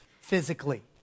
physically